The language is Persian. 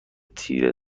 تیره